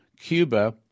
Cuba